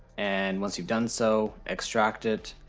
and once you've done so, extract it,